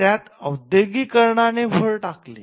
यात औद्योगीकरणाने भर टाकली